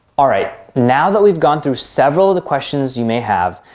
all right, now that we've gone through several of the questions you may have,